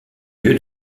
lieu